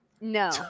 No